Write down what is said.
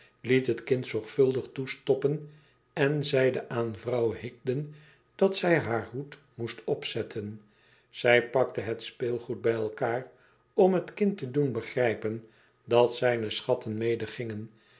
liet het kind zorgvuldig toestoppen en zeide aan vrouw higden dat zij haar hoed moest opzetten hij pakte het speelgoed bij elkaar om het kind te doen begrijpen dat zijne schatten